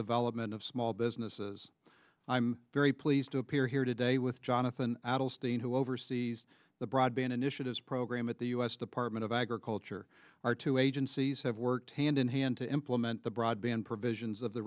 development of small businesses i'm very pleased to appear here today with jonathan adelstein who oversees the broadband initiatives program at the u s department of agriculture our two agencies have worked hand in hand to implement the broadband provisions of the